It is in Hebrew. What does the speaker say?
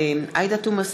איציק שמולי,